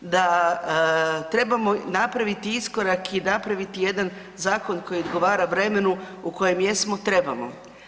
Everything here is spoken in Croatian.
Da trebamo napraviti iskorak i napraviti jedan zakon koji odgovara u vremenu u kojem jesmo, trebamo.